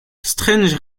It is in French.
strange